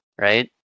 right